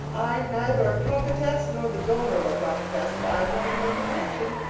i'm neither a prophetess nor the daughter of a prophetess but i'm going to make a prediction.